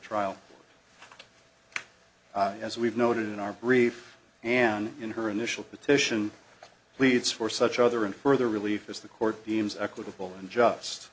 trial as we've noted in our brief and in her initial petition leads for such other and further relief as the court deems equitable and just